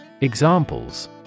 Examples